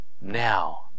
now